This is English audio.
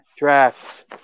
Drafts